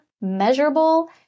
measurable